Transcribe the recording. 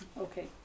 Okay